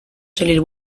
salir